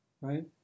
Right